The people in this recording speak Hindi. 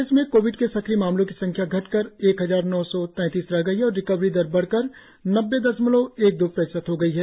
प्रदेश में कोविड के सक्रिय मामलों की संख्या घटकर एक हजार नौ सौ तैतीस रह गई है और रिकवरी दर बढ़कर नब्बे दशमलव एक दो प्रतिशत हो गई है